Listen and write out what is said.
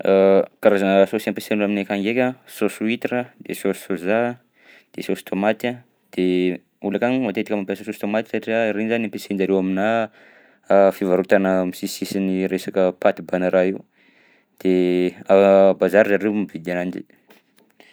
Karazana saosy ampiasana aminay akagny ndraika: saosy huitre a, de saosy soja, de saosy tômaty a, de olo akany moa matetika mampiasa saosy tômaty satria regny zany ampiasain-jareo aminà fivarotana am'sisiny resaka paty banà raha io. De bazary zareo mividy ananjy.